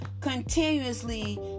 Continuously